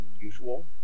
usual